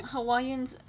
Hawaiians